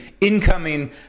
incoming